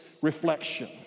reflection